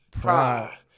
pride